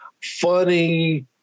funny